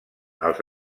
als